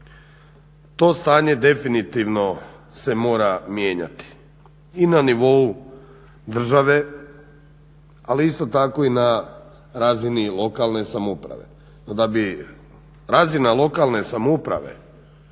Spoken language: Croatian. To stanje definitivno se mora mijenjati i na nivou države, ali isto tako i na razini lokalne samouprave